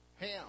Ham